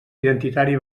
identitari